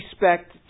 respect